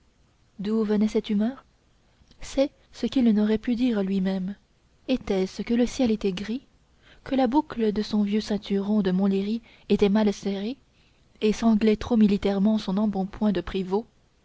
d'où venait cette humeur c'est ce qu'il n'aurait pu dire lui-même était-ce que le ciel était gris que la boucle de son vieux ceinturon de montlhéry était mal serrée et sanglait trop militairement son embonpoint de prévôt